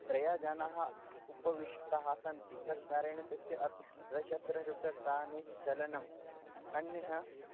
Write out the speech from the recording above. त्रयः जनः उपविष्टाः सन्ति तेन कारेण तस्य अपि द्विशतरूप्यकाणि चालनम् अन्यत्